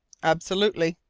absolutely.